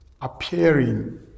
appearing